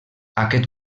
aquest